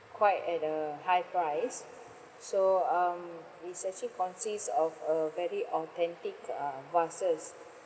quite at a high price so um it actually consists of a very authentic um vases